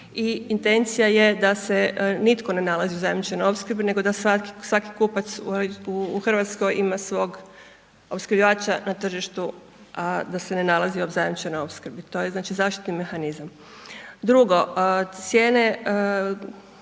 i intencija je da se nitko ne nalazi u zajamčenoj opskrbi, nego da svaki kupac u RH ima svog opskrbljivača na tržištu, a da se ne nalazi u zajamčenoj opskrbi, to je znači zaštitni mehanizam. Drugo, cijene